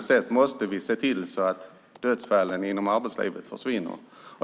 sätt måste se till att dödsfallen inom arbetslivet försvinner.